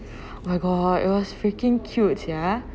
my god it was freaking cute sia